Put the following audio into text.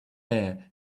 air